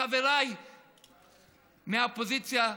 חבריי מהאופוזיציה,